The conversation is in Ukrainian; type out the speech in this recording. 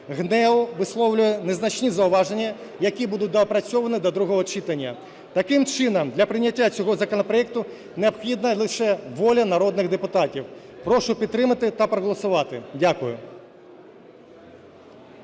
ГНЕУ висловлює незначні зауваження, які будуть доопрацьовані до другого читання. Таким чином, для прийняття цього законопроекту необхідна лише воля народних депутатів. Прошу підтримати та проголосувати. Дякую.